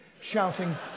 shouting